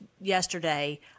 yesterday